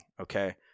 Okay